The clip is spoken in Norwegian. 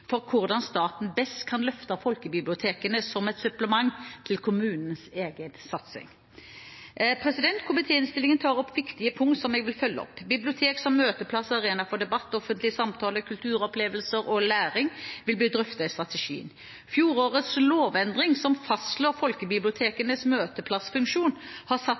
for hvordan staten best kan løfte folkebibliotekene som et supplement til kommunenes egen satsing. Komitéinnstillingen tar opp viktige punkter som jeg vil følge opp: Bibliotek som møteplass og arena for debatt, offentlig samtale, kulturopplevelser og læring vil bli drøftet i strategien. Fjorårets lovendring, som fastslår folkebibliotekenes møteplassfunksjon, har satt